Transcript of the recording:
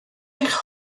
eich